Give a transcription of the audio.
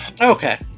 okay